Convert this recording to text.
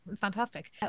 fantastic